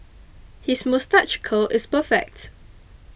his moustache curl is perfect